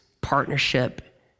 partnership